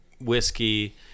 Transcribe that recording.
whiskey